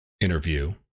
interview